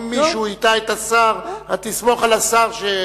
אם מישהו הטעה את השר, תסמוך על השר.